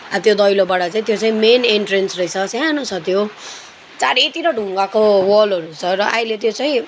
आ त्यो दैलोबाट चाहिँ त्यो चाहिँ मेन एन्ट्रेन्स रहेछ सानो छ त्यो चारैतिर ढुङ्गाको वलहरू छ र अहिले त्यो चाहिँ